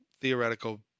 theoretical